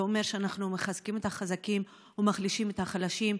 זה אומר שאנחנו מחזקים את החזקים ומחלישים את החלשים יותר,